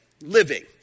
Living